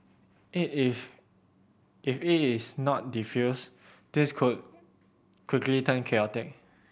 it if if is not defused this could quickly turn chaotic